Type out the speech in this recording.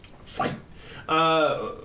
Fight